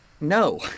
no